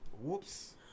Whoops